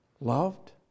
loved